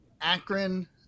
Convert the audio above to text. Akron